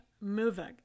moving